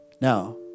Now